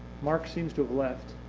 mark seems to have left,